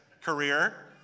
career